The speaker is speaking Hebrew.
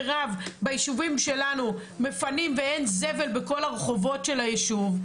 מירב בישובים שלנו מפנים ואין זבל בכל הרחובות של הישוב,